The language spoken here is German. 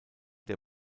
der